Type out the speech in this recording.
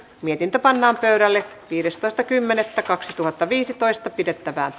mietintö pannaan pöydälle viidestoista kymmenettä kaksituhattaviisitoista pidettävään